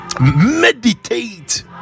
meditate